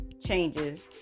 changes